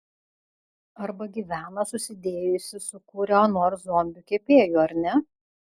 arba gyvena susidėjusi su kuriuo nors zombiu kepėju ar ne